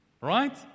Right